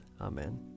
Amen